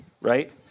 right